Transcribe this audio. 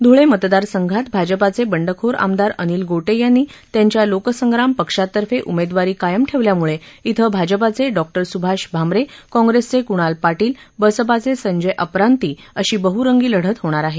ध्ळे मतदारसंघात भाजपाचे बंडखोर आमदार अनिल गोटे यांनी त्यांच्या लोकसंग्राम पक्षातर्फे उमेदवारी कायम ठेवल्याम्ळे इथं भाजपाचे डॉक्टर स्भाष भामरे काँग्रेसचे क्णाल पाटील बसपाचे संजय अपरांती अशी बहरंगी लढत होणार आहे